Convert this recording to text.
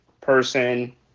person